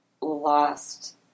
lost